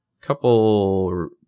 couple